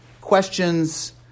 Questions